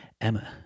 Emma